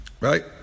Right